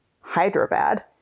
Hyderabad